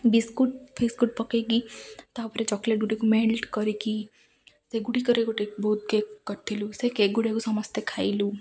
biscuit biscuit ପକେଇକି ତା'ପରେ chocolate ଗୁଡ଼ିକୁ ମେଲ୍ଟ୍ କରିକି ସେଗୁଡ଼ିକରେ ଗୋଟେ ବହୁତ୍ କେକ୍ କରିଥିଲୁ ସେ କେକ୍ ଗୁଡ଼ାକୁ ସମସ୍ତେ ଖାଇଲୁ